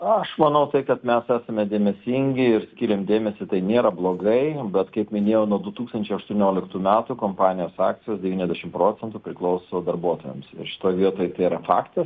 aš manau tai kad mes esame dėmesingi ir skiriam dėmesį tai nėra blogai bet kaip minėjau nuo du tūkstančiai aštuonioliktų metų kompanijos akcijos devyniasdešimt procentų priklauso darbuotojams ir šitoj vietoj tai yra faktas